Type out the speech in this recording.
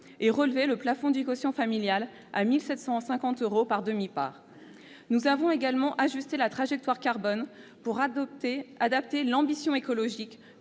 et relevé le plafond du quotient familial à 1 750 euros par demi-part. Nous avons également ajusté la trajectoire carbone pour adapter l'ambition écologique,